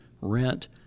rent